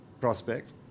prospect